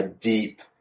deep